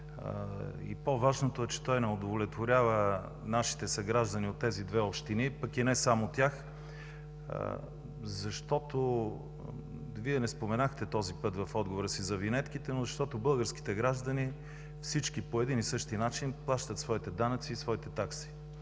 По-важното е, че той не удовлетворява нашите съграждани от двете общини, а и не само тях. Вие не споменахте този път в отговора си за винетките, но всички български граждани по един и същи начин плащат своите данъци и своите такси.